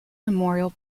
memorial